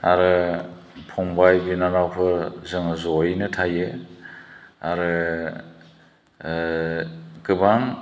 आरो फंबाइ बिनानावफोर जोङो ज'यैनो थायो आरो गोबां